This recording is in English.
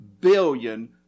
billion